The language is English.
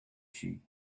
sheep